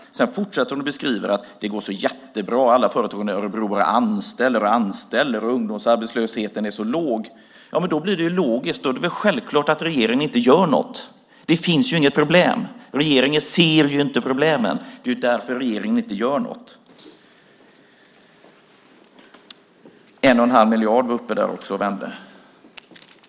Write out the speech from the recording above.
Sen fortsätter hon att beskriva att det går så jättebra, att alla företag i Örebro bara anställer hela tiden och att ungdomsarbetslösheten är så låg. Då blir det logiskt: Då är det väl självklart att regeringen inte gör något, för det finns ju inget problem! Regeringen ser inte problemen. Det är därför regeringen inte gör något. Sedan tog hon upp att det finns 1 1⁄2 miljard.